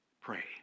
pray